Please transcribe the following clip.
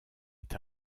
est